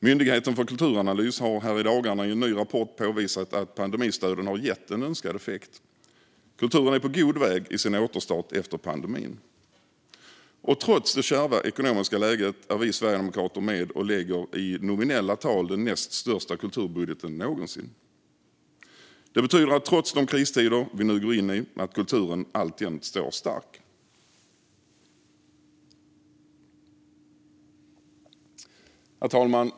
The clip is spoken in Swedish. Myndigheten för kulturanalys har i dagarna i en ny rapport påvisat att pandemistöden har gett en önskad effekt: Kulturen är på god väg i sin återstart efter pandemin. Och trots det kärva ekonomiska läget är vi sverigedemokrater med och lägger i nominella tal den näst största kulturbudgeten någonsin. Det betyder, trots de kristider vi nu går in i, att kulturen alltjämt står stark. Herr talman!